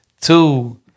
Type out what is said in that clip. two